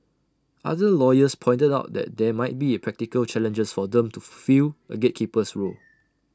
other lawyers pointed out that there might be practical challenges for them to fill A gatekeeper's role